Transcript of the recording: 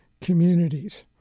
communities